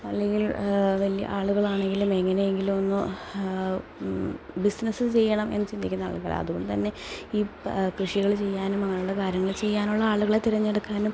അല്ലെങ്കിൽ വലിയ ആളുകളാണെങ്കിലും എങ്ങനെയെങ്കിലും ഒന്നു ബിസിനസ്സ് ചെയ്യണം എന്നു ചിന്തിക്കുന്ന ആളുകളാണ് അതുകൊണ്ടുതന്നെ ഈ കൃഷികൾ ചെയ്യാനും അങ്ങനെയുള്ള കാര്യങ്ങൾ ചെയ്യാനുള്ള ആളുകളെ തിരഞ്ഞെടുക്കാനും